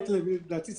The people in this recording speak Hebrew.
לדעתי,